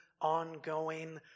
ongoing